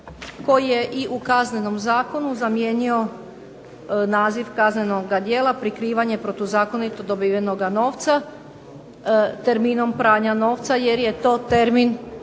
koji je i u Kaznenom zakonu zamijenio naziv kaznenoga djela prikrivanje protuzakonito dobivenoga novca terminom pranja novca, jer je to termin